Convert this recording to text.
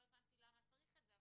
לא הבנתי למה צריך את זה,